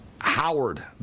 Howard